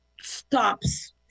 stops